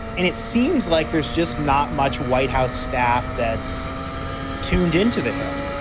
and it seems like there's just not much white house staff that's tuned into the hill.